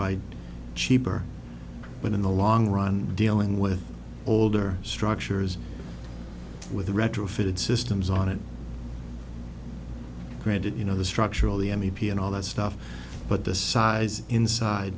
by cheaper but in the long run dealing with older structures with the retrofitted systems on it granted you know the structurally m e p and all that stuff but the size inside